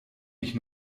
mich